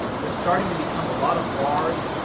they're starting to become a lot of vars,